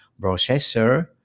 processor